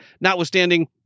notwithstanding